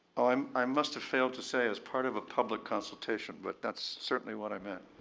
um i must have failed to say as part of a public consultation. but that's certainly what i meant.